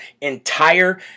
entire